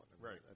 right